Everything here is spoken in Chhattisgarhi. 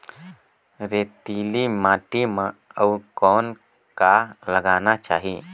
रेतीली माटी म अउ कौन का लगाना चाही?